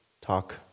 talk